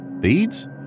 Beads